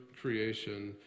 creation